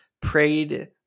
prayed